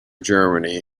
germany